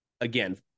again